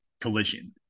collision